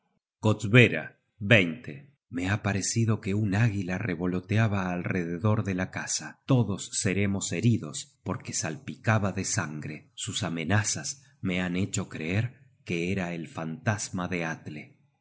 at kostbera me ha parecido que un águila revoloteaba alrededor de la casa todos seremos heridos porque salpicaba de sangre sus amenazas me han hecho creer que era el fantasma de atle